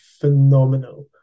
phenomenal